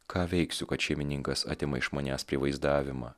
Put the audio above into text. ką veiksiu kad šeimininkas atima iš manęs prievaizdavimą